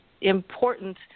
important